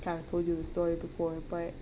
kind of told you the story before you but